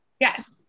Yes